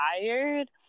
tired